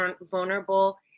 vulnerable